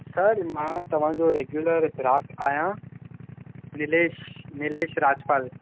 sir मां तव्हांजो regular ग्राहक आहियां निलेश निलेश राजपाल